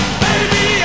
baby